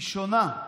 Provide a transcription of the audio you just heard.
היא שונה.